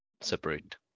separate